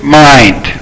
mind